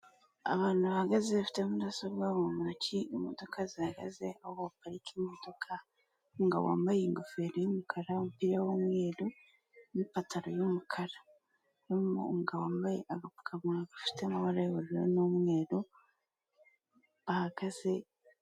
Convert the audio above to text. Abantu bahagaze bafite mudasobwa mu ntoki; imodoka zihagaze aho baparika imodoka; umugabo wambaye ingofero y'umukara, umupira w'umweru, n'ipantaro y'umukara; umugabo wambaye agapfukamunwa gafite amabara y'ubururu n'umweru bahagaze